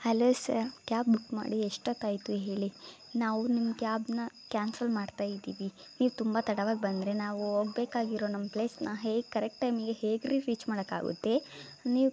hello sir cab book ಮಾಡಿ ಎಷ್ಟೊತ್ತಾಯಿತು ಹೇಳಿ ನಾವು ನಿಮ್ಮ ಕ್ಯಾಬನ್ನ ಕ್ಯಾನ್ಸಲ್ ಮಾಡ್ತಾ ಇದ್ದೀವಿ ನೀವು ತುಂಬ ತಡವಾಗಿ ಬಂದರೆ ನಾವು ಹೋಗ್ಬೇಕಾಗಿರೊ ನಮ್ಮ ಪ್ಲೇಸನ್ನ ಹೇಗೆ ಕರೆಕ್ಟ್ ಟೈಮಿಗೆ ಹೇಗೆ ರಿ ರೀಚ್ ಮಾಡೊಕ್ಕಾಗುತ್ತೆ ನೀವು